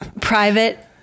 private